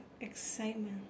excitement